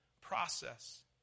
process